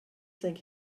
think